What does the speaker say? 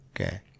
Okay